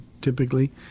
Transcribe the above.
typically